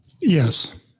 Yes